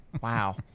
Wow